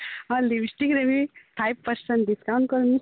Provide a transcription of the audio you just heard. ହଁ ଲିପିଷ୍ଟିକ୍ରେ ବି ଫାଇପ୍ ପରସେଣ୍ଟ ଡିସକାଉଣ୍ଟ କର୍ମି